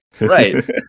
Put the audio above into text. Right